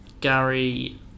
Gary